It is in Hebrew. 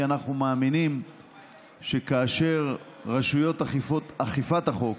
כי אנחנו מאמינים שכאשר רשויות אכיפת החוק